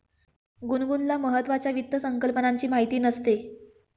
गुनगुनला महत्त्वाच्या वित्त संकल्पनांची माहिती नसते